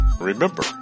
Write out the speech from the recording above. remember